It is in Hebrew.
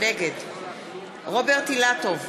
נגד רוברט אילטוב,